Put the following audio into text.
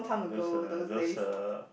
those uh those uh